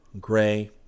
gray